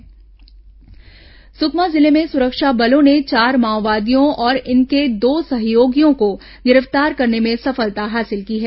माओवादी गिरफ्तार सुकमा जिले में सुरक्षा बलों ने चार माओवादियों और इनके दो सहयोगियों को गिरफ्तार करने में सफलता हासिल की है